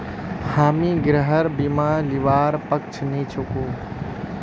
हामी गृहर बीमा लीबार पक्षत नी छिकु